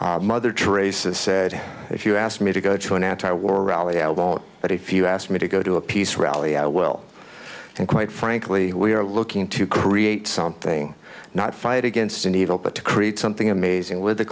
amazing mother teresa said if you asked me to go to an anti war rally i won't but if you asked me to go to a peace rally i will and quite frankly we are looking to create something not fight against evil but to create something amazing with the